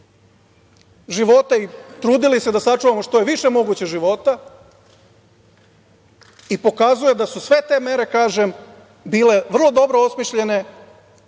živote i trudili se da sačuvamo što je moguće više života, i pokazuje da su sve te mere bile, kažem, vrlo dobro osmišljene